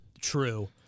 true